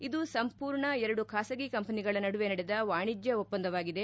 ಇದು ಸಂಪೂರ್ಣ ಎರಡು ಖಾಸಗಿ ಕಂಪನಿಗಳ ನಡುವೆ ನಡೆದ ವಾಣಿಜ್ಯ ಒಪ್ಪಂದವಾಗಿದೆ